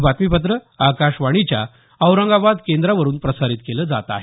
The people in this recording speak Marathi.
हे बातमीपत्र आकाशवाणीच्या औरंगाबाद केंद्रावरून प्रसारित केलं जात आहे